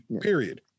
period